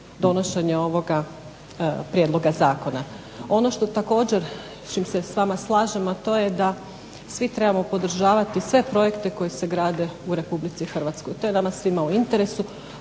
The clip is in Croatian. donošenje ovoga prijedloga zakona. Ono što također čim se s vama slažem, a to je da svi trebamo podržavati sve projekte koji se grade u Republici Hrvatskoj. To je nama svima u interesu,